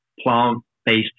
plant-based